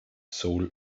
soul